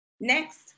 Next